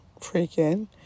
freaking